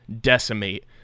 decimate